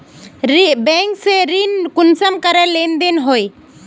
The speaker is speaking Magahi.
बैंक से ऋण कुंसम करे लेन देन होए?